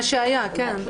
זה מה שהיה, כן.